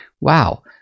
wow